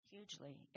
Hugely